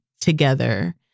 together